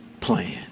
plan